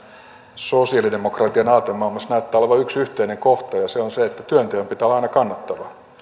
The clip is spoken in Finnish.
sosialidemokraattien aatemaailmassa näyttää olevan yksi yhteinen kohta ja se on se että työnteon pitää olla aina kannattavaa